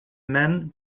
men